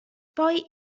poi